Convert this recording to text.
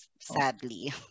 sadly